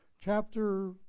chapter